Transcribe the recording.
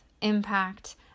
impact